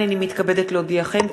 הנני מתכבדת להודיעכם,